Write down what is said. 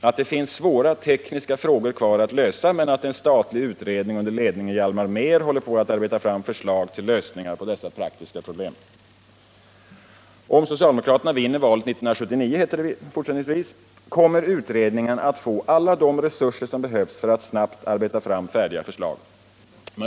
att det finns svåra tekniska frågor kvar att lösa, men att en statlig utredning under ledning av Hjalmar Mehr håller på att arbeta fram förslag till lösningar på dessa praktiska problem. Om socialdemokraterna vinner valet 1979 — heter det — kommer utredningen att få alla de resurser som behövs för att snabbt arbeta fram färdiga förslag.